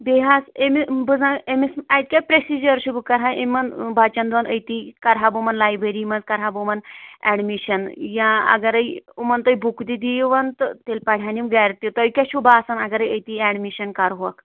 بیٚیہِ حظ اَمہِ بہٕ زن أمِس اَتہِ کیٛاہ پروسیٖجر چھُ بہٕ کَرٕ ہا یِمن بچن دون أتی کرٕ ہا بہٕ یِمن لایبری منٛز کرٕ ہا بہٕ یِمن ایڈمِشن یا اگرے یِمن تُہۍ بُکہٕ تہِ دِیون تہٕ تیٚلہِ پرہن یِم گَرِ تہِ تۄہہِ کیٛاہ چھُو باسان اگرہے ییٚتی ایڈمِشن کرہوٗکھ